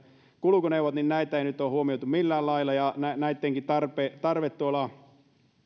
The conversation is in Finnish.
kulkuneuvoja ei nyt ole huomioitu millään lailla ja näittenkin tarve tarve